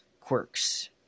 quirks